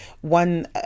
one